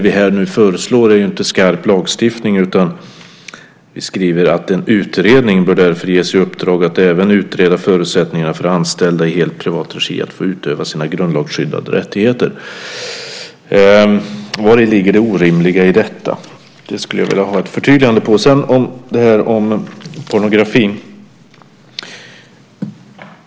Vi föreslår ju inte en skarp lagstiftning, utan vi skriver att "en utredning bör därför ges i uppdrag att även utreda förutsättningarna för anställda i helt privat regi att få utöva sina grundlagsskyddade rättigheter". Vari ligger det orimliga i detta? Det skulle jag vilja ha ett förtydligande av. Sedan till frågan om pornografi.